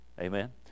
amen